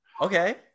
okay